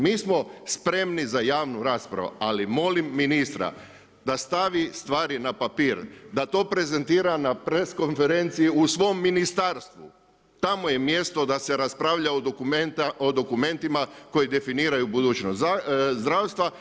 Mi smo spremni za javnu raspravu, ali molim ministra da stavi stvari na papir, da to prezentira na press konferenciji u svom ministarstvu, tamo je mjesto da se raspravlja o dokumentima koji definiraju budućnost zdravstva.